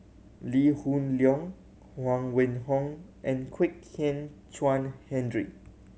Lee Hoon Leong Huang Wenhong and Kwek Hian Chuan Henry